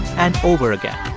and over again